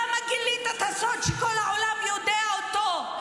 למה גילית את הסוד שכל העולם יודע אותו?